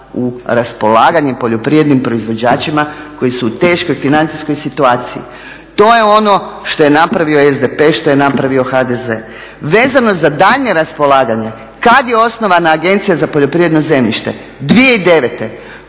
u raspolaganje poljoprivrednim proizvođačima koji su u teškoj financijskoj situaciji. To je ono što je napravio SDP, što je napravio HDZ. Vezano za daljnje raspolaganje kad je osnovana Agencija za poljoprivredno zemljište 2009.